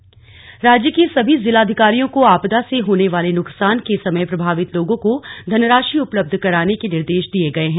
निर्देश राज्य के सभी जिलाधिकारियों को आपदा से होने वाले नुकसान के समय प्रभावित लोगों को धनराशि उपलब्ध कराने के निर्देश दिए गए हैं